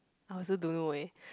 I also don't know leh